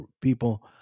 people